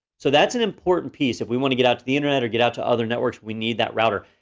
so that's an important piece if we wanna get out to the internet or get out to other networks, we need that router.